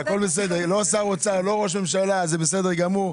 לא שר אוצר, לא ראש ממשלה, זה בסדר גמור,